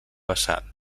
vessant